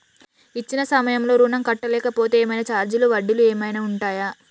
ఇచ్చిన సమయంలో ఋణం కట్టలేకపోతే ఏమైనా ఛార్జీలు వడ్డీలు ఏమైనా ఉంటయా?